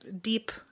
deep